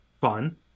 fun